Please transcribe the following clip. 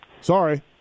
Sorry